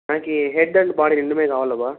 నాకి head and body రెండు కావాలి